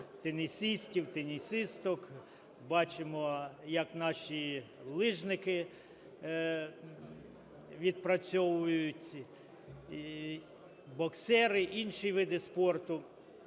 тенісистів, тенісисток, бачимо, як наші лижники відпрацьовують, боксери, інші види спорту.